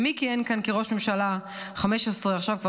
ומי כיהן כאן כראש ממשלה 15 שנים,